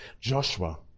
Joshua